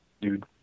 dude